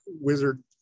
wizard